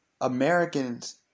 Americans